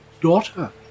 Daughter